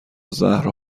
زهرا